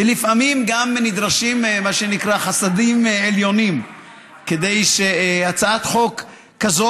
ולפעמים גם נדרשים מה שנקרא חסדים עליונים כדי שהצעת חוק כזו,